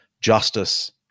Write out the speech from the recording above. justice